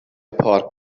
پارک